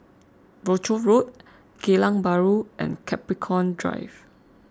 Rochor Road Geylang Bahru and Capricorn Drive